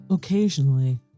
Occasionally